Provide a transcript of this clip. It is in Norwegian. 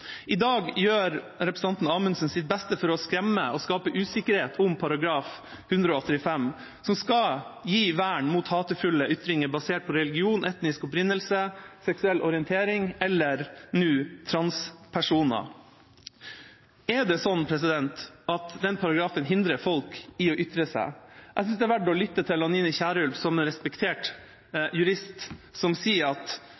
I dag gjør representanten Amundsen sitt beste for å skremme og skape usikkerhet om § 185 som skal gi vern mot hatefulle ytringer basert på religion, etnisk opprinnelse, seksuell orientering eller nå, transpersoner. Er det slik at den paragrafen hindrer folk i å ytre seg? Jeg synes det er verdt å lytte til Anine Kierulf, en respektert jurist som sier at